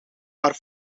haar